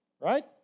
Right